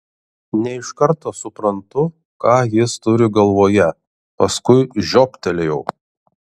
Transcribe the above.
ne iš karto suprantu ką jis turi galvoje paskui žioptelėjau